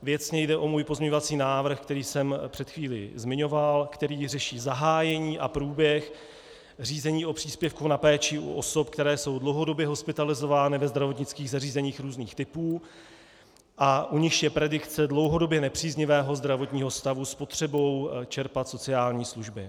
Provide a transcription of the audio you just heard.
Věcně jde o můj pozměňovací návrh, který jsem před chvílí zmiňoval, který řeší zahájení a průběh řízení o příspěvku na péči u osob, které jsou dlouhodobě hospitalizovány ve zdravotnických zařízeních různých typů a u nichž je predikce dlouhodobě nepříznivého zdravotního stavu s potřebou čerpat sociální služby.